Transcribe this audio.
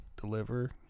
deliver